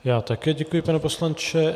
Já také děkuji, pane poslanče.